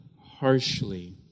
harshly